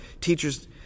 teachers